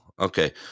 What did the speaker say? Okay